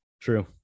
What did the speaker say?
True